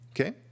okay